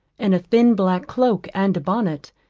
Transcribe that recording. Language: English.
and a thin black cloak and bonnet,